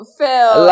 Phil